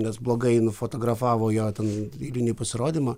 nes blogai nufotografavo jo ten eilinį pasirodymą